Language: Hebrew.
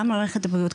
גם מערכת הבריאות,